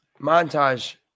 Montage